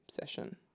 session